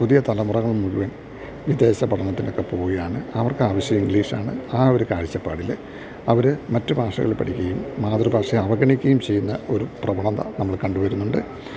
പുതിയ തലമുറകൾ മുഴുവൻ വിദേശ പഠനത്തിനൊക്കെ പോകുകയാണ് അവർക്കാവശ്യം ഇംഗ്ലീഷാണ് ആ ഒരു കാഴ്ചപ്പാടില് അവര് മറ്റു ഭാഷകൾ പഠിക്കുകയും മാതൃഭാഷയെ അവഗണിക്കുകയും ചെയ്യുന്ന ഒരു പ്രവണത നമ്മൾ കണ്ടുവരുന്നുണ്ട്